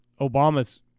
Obama's